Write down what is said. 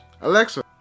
Alexa